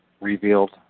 revealed